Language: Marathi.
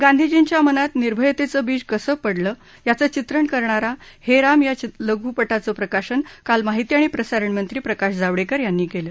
गांधीजींच्या मनात निर्भयतेचं बीज कसं पडलं याचं चित्रण करणा या हे राम या लघुपटाचं प्रकाशन काल माहिती आणि प्रसारण मंत्री प्रकाश जावडेकर यांनी केलं